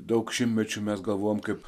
daug šimtmečių mes galvojome kaip